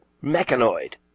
mechanoid